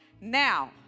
now